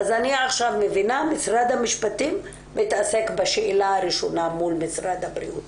אז אני עכשיו מבינה שמשרד המשפטים מתעסק בשאלה הראשונה מול משרד הבריאות